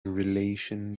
relation